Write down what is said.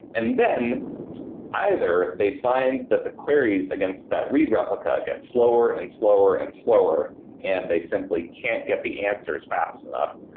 and then either they find that the queries against that read replica gets slower and slower and slower and they simply can't get the answers fast enough,